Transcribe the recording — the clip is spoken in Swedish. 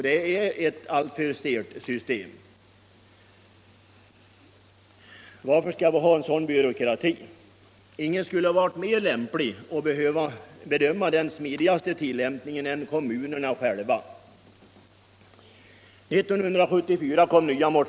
Deua är ett alltför stelt system. Varför skall vi ha en sådan byråkrati?